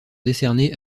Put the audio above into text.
décernés